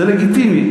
זה לגיטימי.